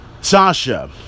Sasha